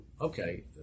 okay